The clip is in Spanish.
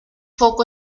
foco